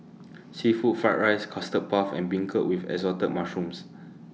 Seafood Fried Rice Custard Puff and Beancurd with Assorted Mushrooms